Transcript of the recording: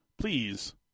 please